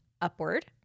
upward